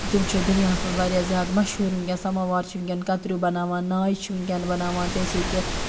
تِم چھِ دُنیاہَس منٛز واریاہ زیادٕ مشہوٗر وٕنۍکٮ۪س سَماوار چھِ وٕنۍکٮ۪ن کَتریوٗ بناوان نایہِ چھِ وٕنۍکٮ۪ن بناوان جیسے کہِ